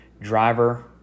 driver